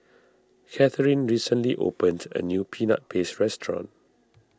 Catherine recently opened a new Peanut Paste restaurant